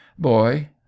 boy